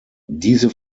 diese